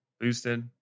Boosted